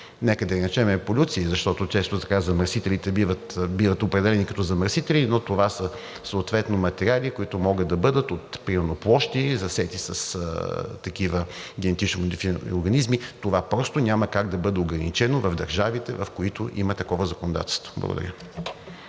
нека да ги наречем еволюции, защото често замърсителите биват определени като замърсители, но това са съответно материали, които могат да бъдат от, примерно, площи, засети с такива генетично модифицирани организми. Това просто няма как да бъде ограничено в държавите, в които има такова законодателство. Благодаря.